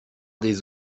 des